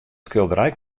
skilderij